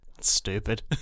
Stupid